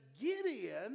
Gideon